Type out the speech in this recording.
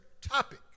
topic